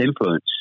influence